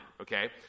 okay